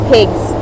Pigs